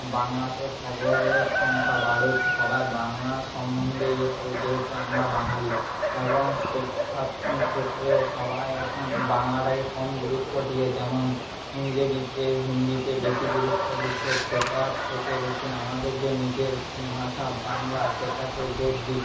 বাংলাতে খবরের সংখ্যা বাড়ুক সবাই বাংলা সম্মন্ধে ইয়ে করুক যেহেতু আমরা বাঙালি এবং শিক্ষা ক্ষেত্রেও সবাই এখন বাংলাটাকে কম গুরুত্ব দিয়ে যেমন ইংরেজিতে হিন্দিতে বেশি গুরুত্ব দিচ্ছে সেটা থেকে বেশি আমাদের যে নিজের ভাষা বাংলা সেটাকে জোর দিক